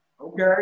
Okay